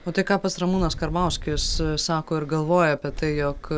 o tai ką pats ramūnas karbauskis sako ir galvoja apie tai jog